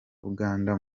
uganda